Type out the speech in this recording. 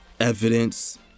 Evidence